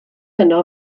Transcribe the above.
yno